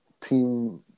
team